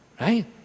Right